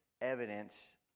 evidence